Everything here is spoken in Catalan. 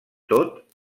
tot